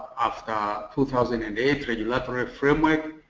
after two thousand and eight regulatory framework.